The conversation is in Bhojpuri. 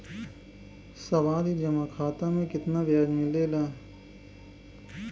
सावधि जमा खाता मे कितना ब्याज मिले ला?